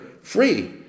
free